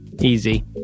Easy